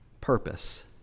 purpose